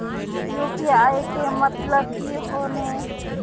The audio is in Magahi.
यु.पी.आई के मतलब की होने?